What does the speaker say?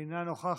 אינה נוכחת.